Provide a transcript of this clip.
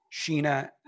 Sheena